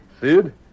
Sid